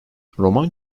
roman